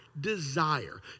desire